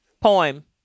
Poem